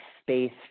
space